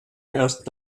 erst